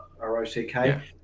R-O-C-K